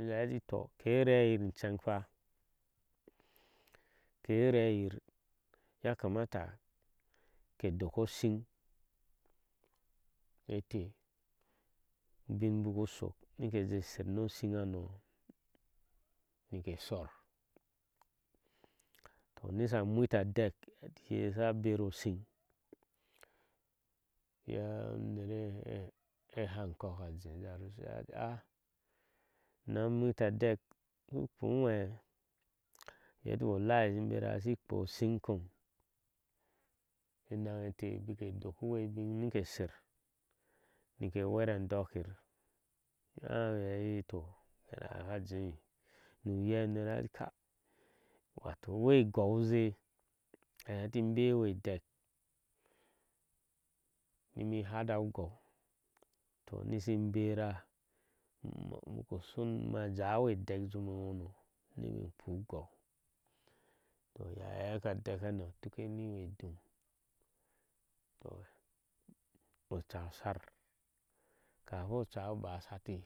A heti tɔ ke rɛyiv inchɛng fah ke reyi fah ke reyir ya kamata ke dok oshɛng etɛ ubin buku shɔk nike jɛ sher noshing hano ŋikɛ shɔr tɔ nisha ŋwita yeaa unereh hankɔɔr ajehja rusi ati aa una ŋwita adɛk shu kpɔ uwɛk yeti walahi inbɛra shi ŋkpoh shin kom enange tɛ bakɛ dokwɛbiu nikɛ shɛr nikɛ whɛvadokiv ahyɛ ti tou unerha ha jei nu uyɛ uner, ha ati ka wato we gou ze aheti beeɛriad ɛk nimi hada ugou to nisin berah buku shɔ maja wɛ dɛk zome wono niji kpuh gou tɔya hɛkadɛk hano tuke niwedum tɔ oca oshar kafioca oba shati